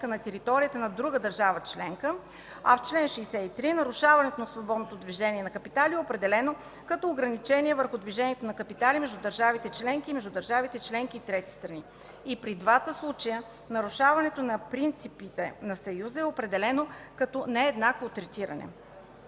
на територията на друга държава членка, а в чл. 63 нарушаването на свободното движение на капитали е определено като ограничение върху движението на капитали между държавите членки и между държавите членки и трети страни. И при двата случая нарушаването на принципите на Съюза е определено като „нееднакво третиране”.